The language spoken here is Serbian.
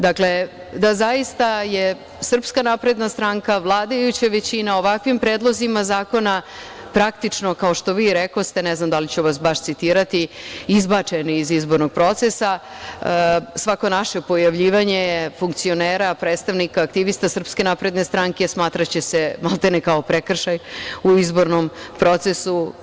Dakle, da je zaista SNS, vladajuća većina ovakvim predlozima zakona praktično, kao što vi rekoste, ne znam da li ću vas baš citirati, izbačena iz izbornog procesa, svako naše pojavljivanje, funkcionera, predstavnika, aktivista SNS, smatraće se maltene kao prekršaj u izbornom procesu.